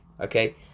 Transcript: okay